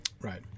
Right